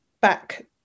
back